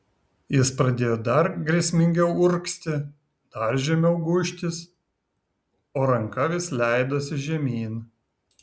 jis pradėjo dar grėsmingiau urgzti dar žemiau gūžtis o ranka vis leidosi žemyn